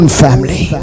family